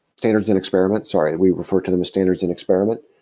standards in experiments, sorry. we refer to them as standards in experiment,